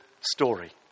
story